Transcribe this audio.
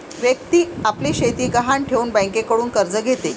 व्यक्ती आपली शेती गहाण ठेवून बँकेकडून कर्ज घेते